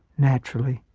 naturally,